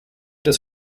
des